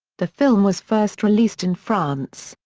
the film was first released in france,